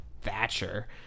Thatcher